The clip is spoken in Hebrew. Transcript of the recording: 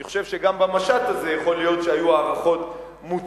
אני חושב שגם במשט הזה יכול להיות שהיו הערכות מוטעות.